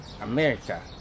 America